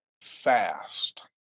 fast